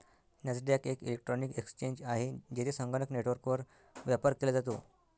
Nasdaq एक electronic exchange आहे, जेथे संगणक नेटवर्कवर व्यापार केला जातो